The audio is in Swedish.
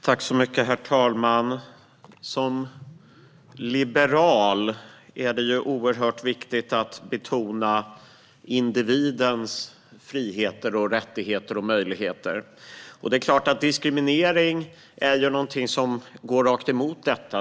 Herr talman! Som liberal är det oerhört viktigt att betona individens friheter, rättigheter och möjligheter. Diskriminering är något som går rakt emot detta.